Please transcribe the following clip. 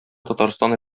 татарстан